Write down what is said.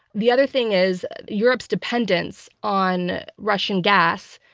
the other thing is, europe's dependence on russian gas,